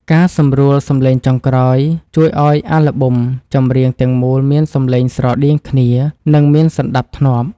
ការសម្រួលសំឡេងចុងក្រោយជួយឱ្យអាល់ប៊ុមចម្រៀងទាំងមូលមានសំឡេងស្រដៀងគ្នា និង មានសណ្ដាប់ធ្នាប់។